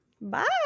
bye